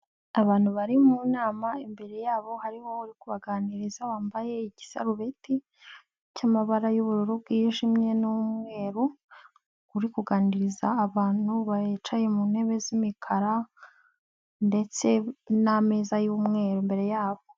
Abantu bari mu nama imbere yabo hariho uri kubaganiriza wambaye igisarubeti cy'amabara y'ubururu bwijimye n'umweru, uri kuganiriza abantu bicaye mu ntebe z'imikara ndetse n'ameza y'umweru imbere yabo.